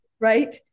Right